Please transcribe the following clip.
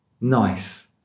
Nice